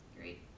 Great